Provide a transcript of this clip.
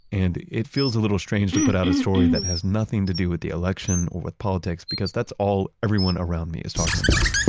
and it feels a little strange to put out a story that has nothing to do with the election or with politics because that's all everyone around me is talking about.